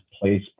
place